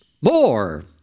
more